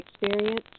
experience